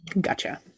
Gotcha